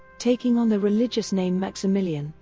taking on the religious name maximilian,